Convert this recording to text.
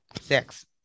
six